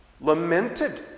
lamented